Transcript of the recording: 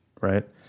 right